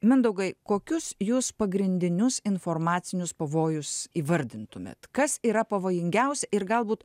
mindaugai kokius jūs pagrindinius informacinius pavojus įvardintumėt kas yra pavojingiausia ir galbūt